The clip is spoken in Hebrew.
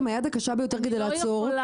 עם היד הקשה ביותר כדי לעצור?